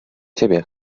ciebie